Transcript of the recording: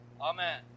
Amen